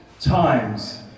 times